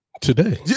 Today